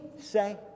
say